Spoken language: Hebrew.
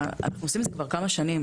אנחנו עושים את זה כבר כמה שנים.